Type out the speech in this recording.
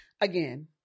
Again